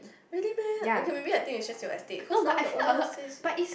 really meh okay maybe I think it's just your estate cause now the older estates